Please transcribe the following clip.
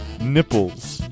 nipples